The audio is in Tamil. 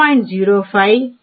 05 1